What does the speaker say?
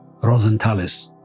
Rosenthalis